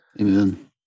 Amen